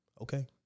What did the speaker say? Okay